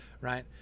right